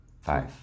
Five